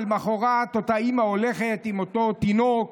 למוחרת אותה אימא הולכת עם אותו תינוק